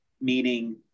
meaning